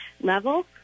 level